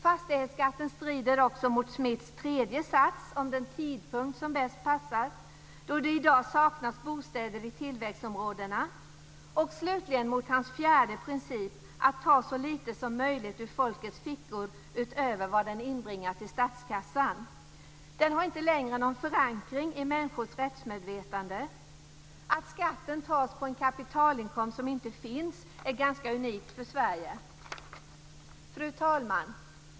Fastighetsskatten strider också mot Smiths tredje sats om den tidpunkt som passar bäst, eftersom det i dag saknas bostäder i tillväxtområdena. Slutligen strider den mot hans fjärde princip om att ta så lite som möjligt ur folkets fickor utöver vad den inbringar till statskassan. Den har inte längre någon förankring i människors rättsmedvetande. Att skatten tas ut på en kapitalinkomst som inte finns är ganska unikt för Fru talman!